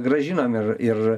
grąžinam ir ir